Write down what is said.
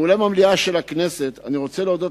מאולם המליאה של הכנסת אני רוצה להודות